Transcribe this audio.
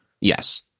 Yes